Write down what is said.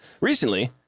Recently